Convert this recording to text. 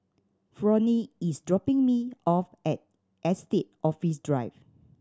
Fronie is dropping me off at Estate Office Drive